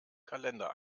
kalender